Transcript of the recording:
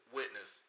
witness